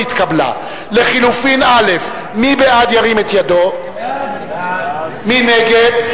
ההסתייגות של קבוצת סיעת מרצ וקבוצת סיעת